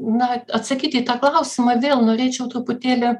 na atsakyti į tą klausimą vėl norėčiau truputėlį